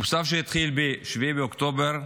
מושב שהתחיל ב-7 באוקטובר,